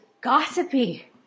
gossipy